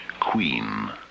Queen